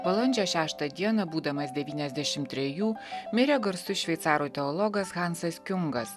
balandžio šeštą dieną būdamas devyniasdšimt trejų mirė garsus šveicarų teologas hansas kiungas